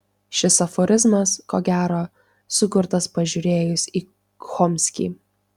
šis aforizmas ko gero sukurtas pažiūrėjus į chomskį